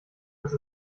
dass